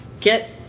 get